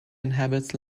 inhabits